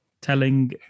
telling